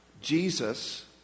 Jesus